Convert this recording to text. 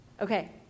okay